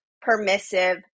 permissive